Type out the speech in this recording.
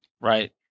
Right